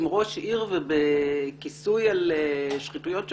עם ראש עיר וכיסוי על שחיתויות שלו,